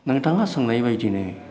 नोंथाङा सोंनायबायदिनो